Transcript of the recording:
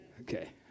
Okay